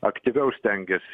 aktyviau stengiasi